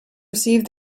received